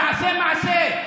תעשה מעשה.